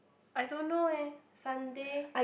I don't know eh Sunday